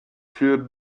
für